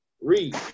Read